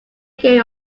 game